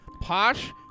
Posh